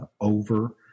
over